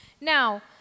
Now